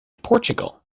portugal